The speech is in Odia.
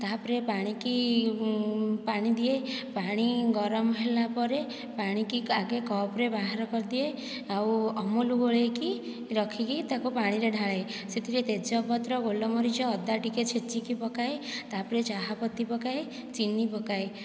ତାହାପରେ ପାଣିକି ପାଣି ଦିଏ ପାଣି ଗରମ ହେଲା ପରେ ପାଣିକି ଆଗେ କପ୍ରେ ବାହାର କରିଦିଏ ଆଉ ଅମୁଲ୍ ଗୋଳେଇକି ରଖିକି ତାକୁ ପାଣିରେ ଢାଳେ ସେଥିରେ ତେଜପତ୍ର ଗୋଲମରିଚ ଅଦା ଟିକିଏ ଛେଚିକି ପକାଏ ତାପରେ ଚାହା ପତି ପକାଏ ଚିନି ପକାଏ